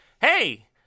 Hey